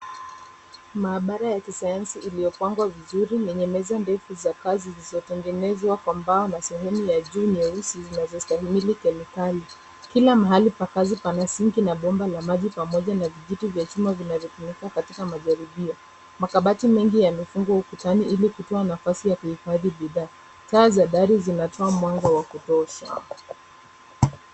Maabara ya kisayansi iliyopangwa vizuri yenye meza ndefu za kazi zilizotengenezwa kwa mbao na sehemu ya juu nyeusi zinazostahimili kemikali. Kila mahali pa kazi pana sinki na bomba la maji pamoja na vijiti vya chuma vinavyotumika katika majaribio. Makabati mengi yamefungwa ukutani ili kutoa nafasi ya kuihifadhi bidhaa. Taa za dari zinatoa mwanga wa kutosha.